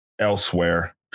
elsewhere